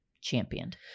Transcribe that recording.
championed